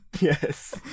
Yes